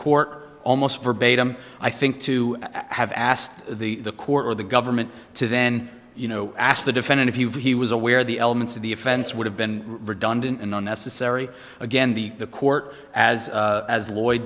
court almost verbatim i think to have asked the the court or the government to then you know ask the defendant if you he was aware the elements of the offense would have been redundant and unnecessary again the the court as as lloyd